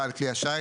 בעל כלי השיט,